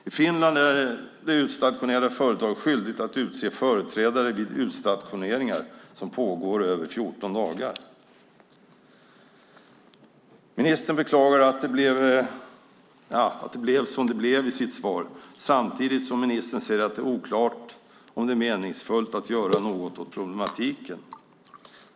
I Finland är det utstationerande företaget skyldigt att utse företrädare vid utstationeringar som pågår längre än 14 dagar. Ministern beklagade att det blev som det blev i sitt svar, samtidigt säger han att det är oklart om det är meningsfullt att göra något åt problemet.